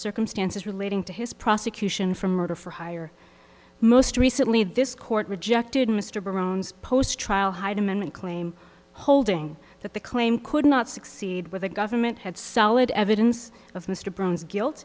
circumstances relating to his prosecution for murder for hire most recently this court rejected mr brown's post trial hyde amendment claim holding that the claim could not succeed where the government had solid evidence of mr brown's guilt